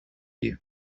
you